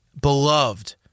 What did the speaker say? beloved